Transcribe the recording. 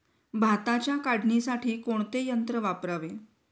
भाताच्या काढणीसाठी कोणते यंत्र वापरावे?